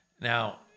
Now